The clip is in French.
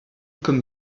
comme